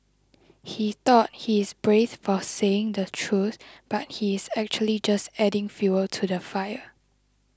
he thought he's brave for saying the truth but he's actually just adding fuel to the fire